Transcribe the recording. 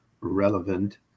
relevant